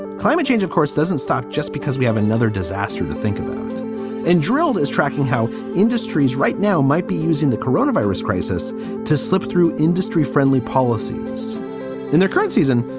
climate change, of course, doesn't stop just because we have another disaster to think and drilled is tracking how industries right now might be using the coronavirus crisis to slip through. industry friendly policies in their current season.